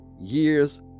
years